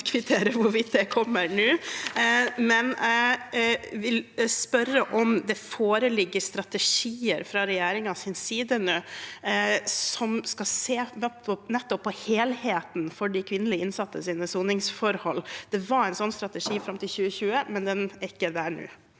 jeg vil spørre om det foreligger strategier fra regjeringens side som skal se på helheten i de kvinnelige innsattes soningsforhold. Det var en slik strategi fram til 2020, men den er ikke der nå.